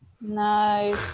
No